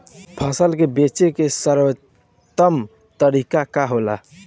फसल के बेचे के सर्वोत्तम तरीका का होला?